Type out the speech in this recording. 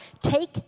Take